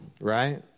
right